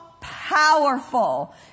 powerful